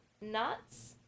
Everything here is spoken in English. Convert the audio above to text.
nuts